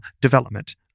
Development